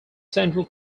central